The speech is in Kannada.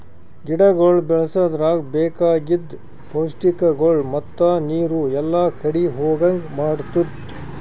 ಗಿಡಗೊಳ್ ಬೆಳಸದ್ರಾಗ್ ಬೇಕಾಗಿದ್ ಪೌಷ್ಟಿಕಗೊಳ್ ಮತ್ತ ನೀರು ಎಲ್ಲಾ ಕಡಿ ಹೋಗಂಗ್ ಮಾಡತ್ತುದ್